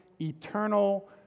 eternal